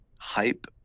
hype